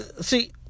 See